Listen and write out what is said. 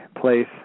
place